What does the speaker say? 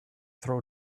throw